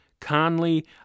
Conley